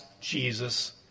Jesus